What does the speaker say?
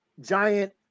giant